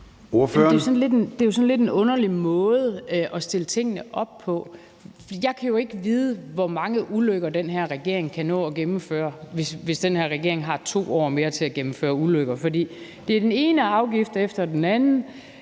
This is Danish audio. Det er jo sådan lidt en underlig måde at stille tingene op på. Jeg kan jo ikke vide, hvor mange ulykker den her regering kan nå at gennemføre, hvis den her regering har 2 år mere til at gennemføre ulykker, for det er den ene afgift efter den anden.